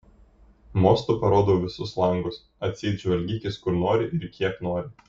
mostu parodau visus langus atseit žvalgykis kur nori ir kiek nori